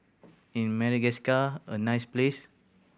in Madagascar a nice place